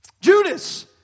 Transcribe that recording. Judas